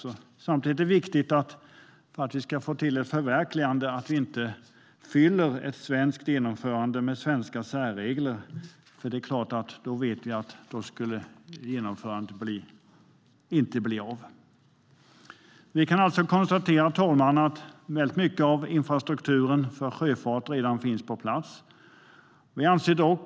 För att vi ska få till ett förverkligande är det samtidigt viktigt att vi inte fyller ett svenskt genomförande med svenska särregler, för vi vet att då skulle genomförandet inte bli av. Vi kan alltså konstatera, herr talman, att mycket av infrastrukturen för sjöfart redan finns på plats.